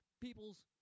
people's